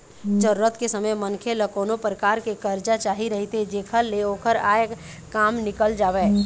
जरूरत के समे मनखे ल कोनो परकार के करजा चाही रहिथे जेखर ले ओखर आय काम निकल जावय